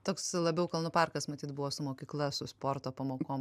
toks labiau kalnų parkas matyt buvo su mokykla su sporto pamokom